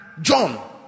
John